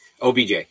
OBJ